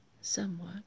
somewhat